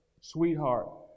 sweetheart